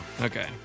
okay